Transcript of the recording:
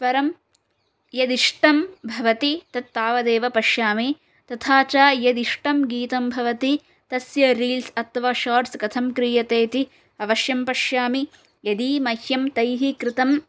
परं यद् इष्टं भवति तद् तावदेव पश्यामि तथा च यद् इष्टं गीतं भवति तस्य रील्स् अथवा शार्ट्स् कथं क्रियते इति अवश्यं पश्यामि यदि मह्यं तैः कृतं